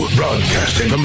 broadcasting